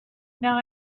now